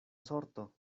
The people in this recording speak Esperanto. sorto